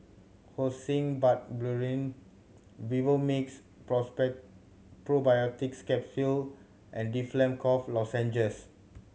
Hyoscine Butylbromide Vivomixx Probiotics Capsule and Difflam Cough Lozenges